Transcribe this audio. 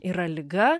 yra liga